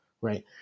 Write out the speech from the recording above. right